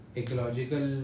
ecological